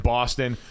Boston